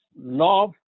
love